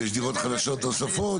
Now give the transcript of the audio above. ויש דירות חדשות נוספות.